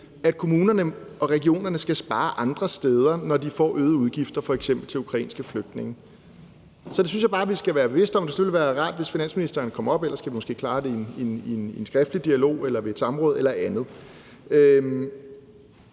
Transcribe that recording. at kommunerne og regionerne skal spare andre steder, når de får øgede udgifter, f.eks. til ukrainske flygtninge. Så det synes jeg bare at vi skal være bevidste om. Det ville selvfølgelig være rart, hvis finansministeren kom herop; ellers kan vi måske klare det i en skriftlig dialog, ved et samråd eller andet.